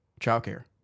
childcare